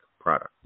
product